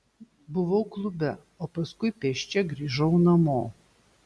buvau klube o paskui pėsčia grįžau namo